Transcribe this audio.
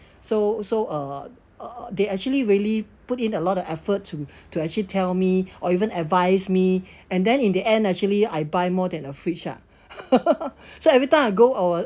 so so uh uh they actually really put in a lot of effort to to actually tell me or even advise me and then in the end actually I buy more than a fridge ah so every time I go I will